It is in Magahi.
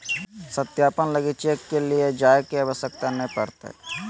सत्यापन लगी चेक के ले जाय के आवश्यकता नय पड़तय